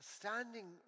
standing